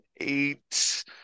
eight